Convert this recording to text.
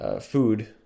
food